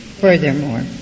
furthermore